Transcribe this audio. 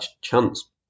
chance